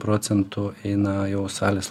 procentų eina jau salės